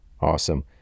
Awesome